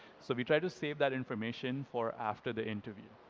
so we try to save that information for after the interview.